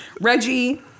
Reggie